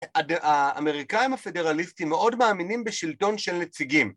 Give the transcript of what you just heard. האמריקאים הפדרליסטים מאוד מאמינים בשלטון של נציגים